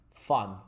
Fun